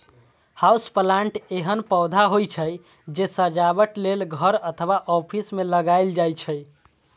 house plant एहन पौधा होइ छै, जे सजावट लेल घर अथवा ऑफिस मे लगाएल जाइ छै